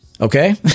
Okay